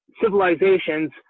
civilizations